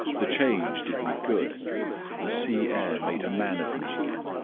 the change did me good the sea-air made a man of me again.